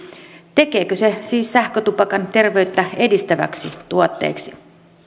tekeekö se siis sähkötupakan terveyttä edistäväksi tuotteeksi